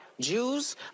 Jews